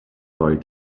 oed